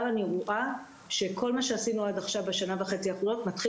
אני רואה שכל מה שעשינו בשנה וחצי האחרונות מתחיל